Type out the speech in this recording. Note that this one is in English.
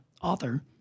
author